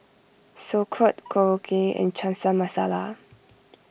Sauerkraut Korokke and Masala